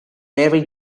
very